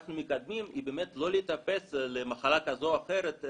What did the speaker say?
שאנחנו מקדמים היא באמת לא להיתפס למחלה כזו או אחרת,